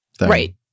Right